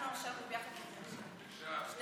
זה